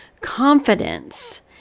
confidence